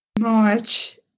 march